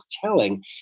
telling